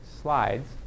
slides